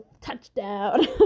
touchdown